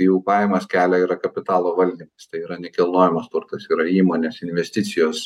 jų pajamas kelia yra kapitalo valdymas tai yra nekilnojamas turtas tai yra įmonės investicijos